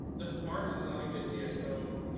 the margins on a good dso